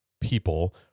people